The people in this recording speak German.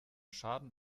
schaden